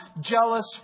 jealous